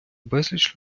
безліч